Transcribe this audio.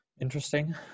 interesting